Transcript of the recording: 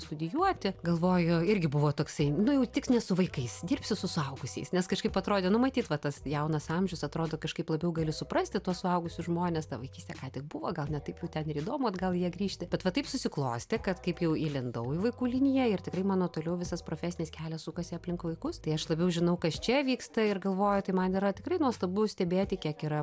studijuoti galvoju irgi buvo toksai nu jau tik ne su vaikais dirbsiu su suaugusiais nes kažkaip atrodė nu matyt va tas jaunas amžius atrodo kažkaip labiau gali suprasti tuos suaugusius žmones ta vaikystė ką tik buvo gal ne taip jau ten ir įdomu atgal į ją grįžti bet va taip susiklostė kad kaip jau įlindau į vaikų liniją ir tikrai mano toliau visas profesinis kelias sukasi aplink vaikus tai aš labiau žinau kas čia vyksta ir galvoju tai man yra tikrai nuostabu stebėti kiek yra